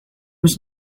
was